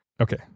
Okay